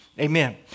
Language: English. Amen